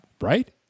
Right